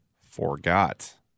forgot